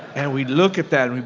and we'd look at that,